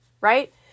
Right